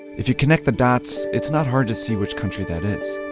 if you connect the dots, it's not hard to see which country that is.